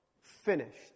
Finished